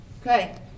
Okay